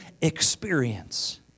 experience